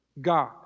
God